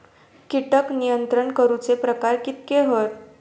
कीटक नियंत्रण करूचे प्रकार कितके हत?